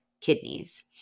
kidneys